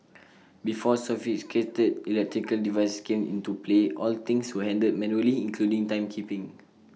before sophisticated electrical devices came into play all things were handled manually including timekeeping